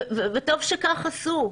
וטוב שכך עשו.